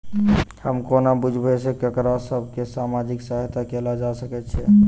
हम कोना बुझबै सँ ककरा सभ केँ सामाजिक सहायता कैल जा सकैत छै?